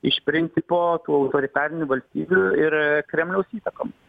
iš principo tų autoritarinių valstybių ir kremliaus įtakom